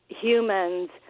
humans